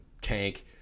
tank